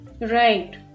Right